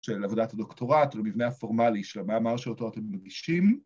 ‫של עבודת הדוקטורט והמבנה הפורמלי ‫של המאמר שאותו אתם מגישים...